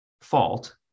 fault